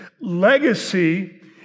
Legacy